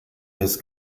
des